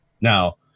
Now